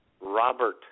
Robert